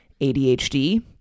ADHD